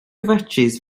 fatsis